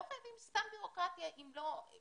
לא חייבים סתם בירוקרטיה בעלייה.